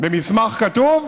במסמך כתוב?